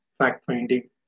fact-finding